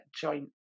joint